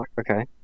Okay